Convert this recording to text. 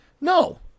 No